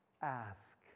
Ask